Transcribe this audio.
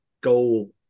goal